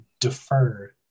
defer